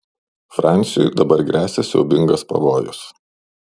fransiui dabar gresia siaubingas pavojus